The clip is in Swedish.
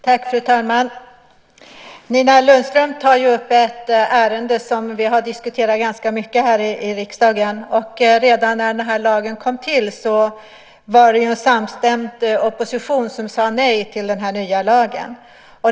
Fru talman! Nina Lundström tar upp ett ärende som vi har diskuterat ganska mycket här i riksdagen. Redan när denna lag kom till var det en samstämd opposition som sade nej till den nya lagen.